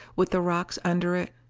with the rocks under it.